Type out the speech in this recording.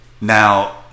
Now